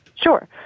Sure